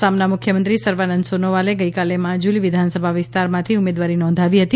આસામના મુખ્યમંત્રી સર્વાનંદ સોનોવાલે ગઇકાલે માજુલી વિધાનસભા વિસ્તારમાંથી ઉમેદવારી નોંધાવી હતી